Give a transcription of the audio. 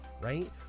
right